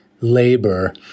labor